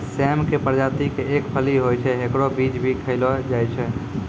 सेम के प्रजाति के एक फली होय छै, हेकरो बीज भी खैलो जाय छै